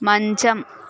మంచం